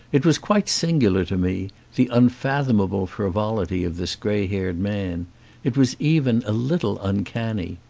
it was quite singular to me, the unfathomable frivolity of this grey-haired man it was even a little uncanny.